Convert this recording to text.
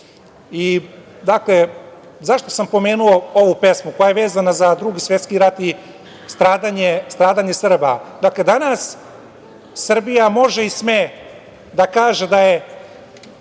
imenom. Zašto sam pomenuo ovu pesmu koja je vezana za Drugi svetski rad i stradanje Srba? Danas Srbija može i sme da kaže da je